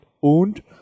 und